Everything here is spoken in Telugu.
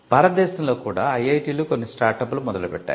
భారతదేశంలో కూడా ఐఐటిలు కొన్ని స్టార్టప్లు మొదలు పెట్టాయి